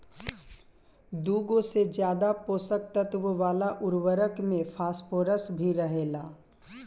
दुगो से ज्यादा पोषक तत्व वाला उर्वरक में फॉस्फोरस भी रहेला